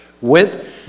Went